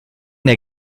der